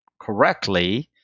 correctly